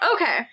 Okay